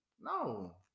No